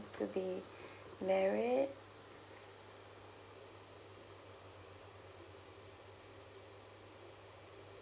to be married